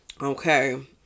Okay